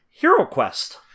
HeroQuest